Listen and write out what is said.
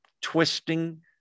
twisting